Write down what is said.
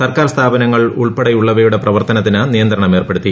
സർക്കാർ സ്ഥാപനങ്ങൾ ഉൾപ്പെടെയുള്ളവയുടെ പ്രവർത്തനത്തിന് നിയന്ത്രണം ഏർപ്പെടുത്തി